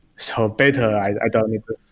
so better, i don't need to.